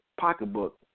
pocketbook